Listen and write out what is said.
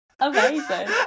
Amazing